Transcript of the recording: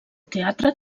teatre